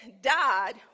died